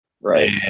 Right